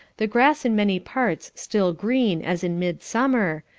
the grass in many parts still green as in midsummer,